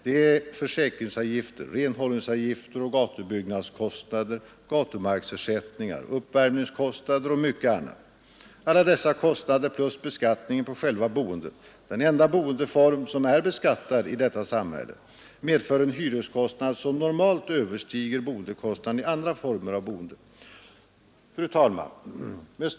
Det är försäkringsavgifter, renhållningsavgifter, gatubyggnadskostnader och gatumarksersättningar, uppvärmningskostnader och mycket annat. Alla dessa kostnader — plus beskattningen på själva boendet den enda boendeform, som är beskattad i detta samhälle — medför en hyreskostnad, som normalt överstiger boendekostnaden i andra former av boende. Fru talman!